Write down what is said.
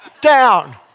down